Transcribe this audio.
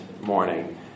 morning